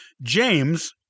James